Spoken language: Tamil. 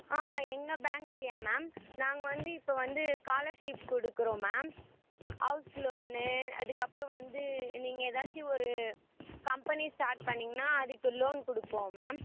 ஆ எங்கள் பேங்க்லேயா மேம் நாங்கள் வந்து இப்போ வந்து ஸ்காலர்ஷிப் கொடுக்குறோம் மேம் ஹவுஸ் லோன்னு அதுக்கப்புறம் வந்து நீங்கள் எதாச்சு ஒரு கம்பெனி ஸ்டார்ட் பண்ணீங்கன்னா அதுக்கு லோன் குடுக்குறோம் மேம்